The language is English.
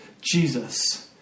Jesus